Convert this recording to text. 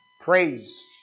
praise